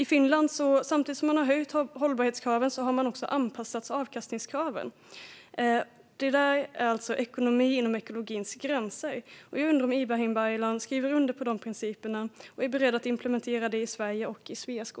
att det inte är så. Samtidigt som man har höjt hållbarhetskraven i Finland har man också anpassat avkastningskraven. Det är ekonomi inom ekologins gränser. Jag undrar om Ibrahim Baylan skriver under på de principerna och är beredd att implementera sådana principer i Sverige och i Sveaskog.